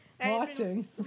watching